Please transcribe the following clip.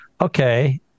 okay